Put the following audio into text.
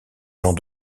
gens